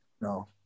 no